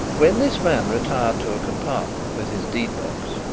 when this man retired to a compartment with his deed-box,